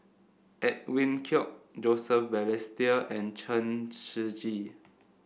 Edwin Koek Joseph Balestier and Chen Shiji